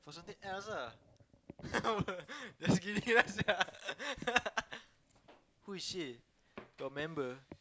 for something else ah just sia who is she your member